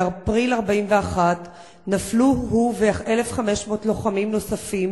באפריל 1941 נפלו הוא ו-1,500 לוחמים נוספים